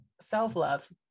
self-love